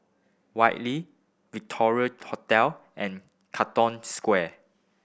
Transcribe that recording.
Whitley Victoria Hotel and Katong Square